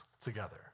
together